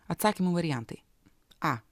atsakymų variantai a